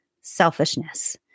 selfishness